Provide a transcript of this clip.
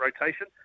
rotation